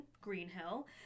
Greenhill